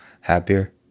happier